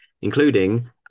including